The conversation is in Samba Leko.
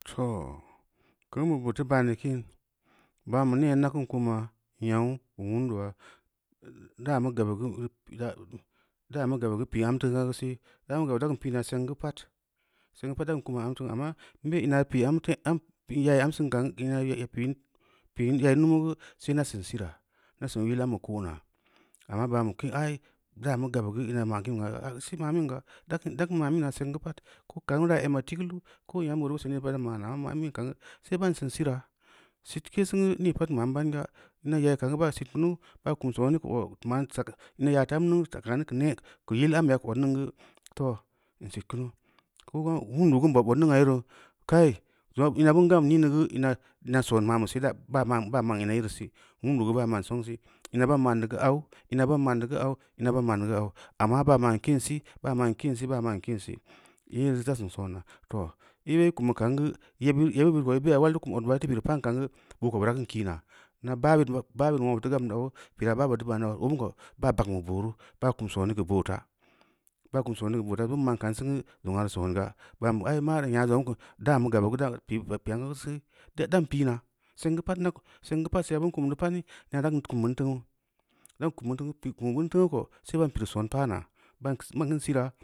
Toh kan mu ‘i’ tə na’an kən ba’a man nea an daa kan kuma’a nyaʊn kən wu’udu’a ehh aehh da’a, kan kumaa nyaʊn kə wu’udu’a ehh ehh da’a mə gaba da’a da’a ma gaba gə pii am ta gə sé da’a ma gab da kən pin na’a senga pa’at senga pa’at da’an kuma am to’o amma mbe inaa pi’i an te am pi’i ya’a am sən ka’an ga ina’a nyerri pinn piin nyayi numu’u ga sé nda’a san sora’a nda’a sən yil amba ko’ona amma ba’an ba kai ai da’a mə gab ga inna ma’an kan ma’amin na’a sen ga pa’at ko’o nyembəru’u siiini ba’aran’an mana’a amma an ma’amin kan ge se’ ba’am san sira’a. Sitké sen ga nii pa’at mma nan baŋ gəa ini yayi kan gə ba sitkunun inin ya tem ga sakani ya kə ne’a ka yil am be’a ka ot niŋ ga toh an sitkuna ko’o bəne wu’un bə ga an bob ot niŋ ‘a’ yeru’u kai zon ina’ason ma’a ma se daa ba’a ma’an-baáma’an ina’a yerii sii wundu’u ga ba’a ma’an soŋ so’i ina’a ba’a ma’an da gə ‘a’wo’o ona’a ɓa’a ma’an da ga a wo’o ina’a ba’a ma’am da ga a wo’o amma ba’a ma’an kin sii-ba’a ma’an kin sii-ba’a ma’an kin sii-baa məan kin sii nyereu’u da’a san sona toh i’i be’ i’i’ kum ka’an ga yebiri’i yebi bit ko’o i’i be ya’a b’o wl ba kum ot wə kinta piri’i pa’an ga bo’o ko’o bo’o da’a kan kina neb ba’a ban ko’o ba’a ban won to ga’an da nda’o ‘o’ pira’a ba’a pa’an da ta ba’a nəʊ ‘o’ gə lo’o ba’a baŋ o’ boo’ ru’u ba’a kum sone kə bo’o ra’a, ba’a kum soné kə bo’o joŋa’a sona’a ba’an ba ai ma’a ra nya’a jonʒa da’a ba’ kum sone ka bo’o ta’a a bam ma’a ka’a sen gə joŋa’a songa’a ba’an bə ai ma’a ra nya’a joŋza da’a ma gaba’a gə da’a ma pi’ pa’a mə gaba’a gə da’a mə pii pa’a an gə te da’an pii na’a semgə pa’at nnda’a sen gə pa’at sə ga ba kum də pa’at ən ‘i’ ináá da’a kən kum ban taʊŋ an da’a kum bən tauŋ ən pii kum gən ta ko’o sai ba’an pii rii son pa’ana’a ban kən siira’a